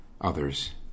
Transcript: others